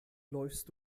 läufst